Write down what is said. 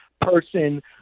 person